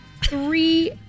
three